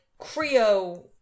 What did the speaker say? Creo